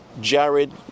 Jared